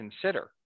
consider